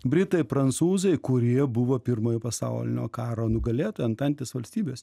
britai prancūzai kurie buvo pirmojo pasaulinio karo nugalėtojai antantės valstybės